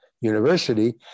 University